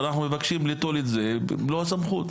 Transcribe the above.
ואנחנו רוצים ליטול את מלוא הסמכות,